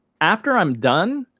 after i'm done.